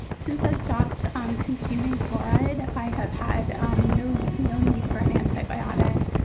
since i've stopped um consuming fluoride, i have had no you know need for an antibiotic.